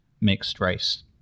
mixed-race